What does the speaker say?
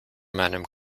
meinem